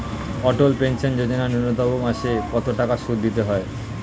অটল pension Yojana ন্যূনতম মাসে কত টাকা সুধ দিতে হয়?